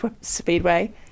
speedway